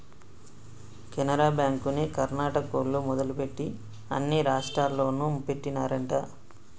కెనరా బ్యాంకుని కర్ణాటకోల్లు మొదలుపెట్టి అన్ని రాష్టాల్లోనూ పెట్టినారంట